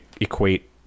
equate